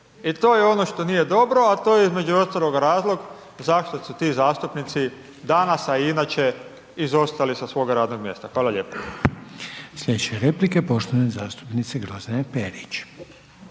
i to je ono što nije dobro, a to je između ostalog razlog zašto su ti zastupnici danas, a i inače izostali sa svoga radnog mjesta. Hvala lijepa. **Reiner, Željko (HDZ)** Slijedeće replike poštovane zastupnice Grozdane Perić.